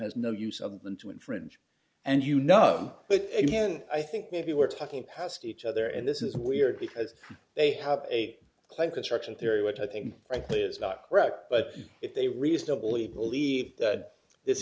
has no use of them to infringe and you know again i think maybe we're talking past each other and this is weird because they have a claim construction theory which i think frankly is not correct but if they reasonably believe that this